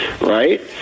right